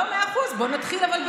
לא, מאה אחוז, אבל בואו נתחיל במשהו.